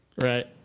Right